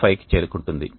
45కి చేరుకుంటుంది